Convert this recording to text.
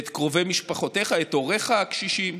את קרובי משפחתך, את הוריך הקשישים,